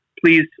please